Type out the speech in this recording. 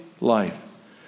life